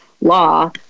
law